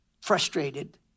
frustrated